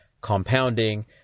compounding